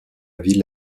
ville